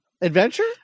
Adventure